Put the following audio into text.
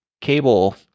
Cable